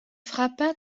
frappa